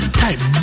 type